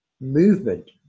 movement